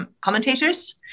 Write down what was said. commentators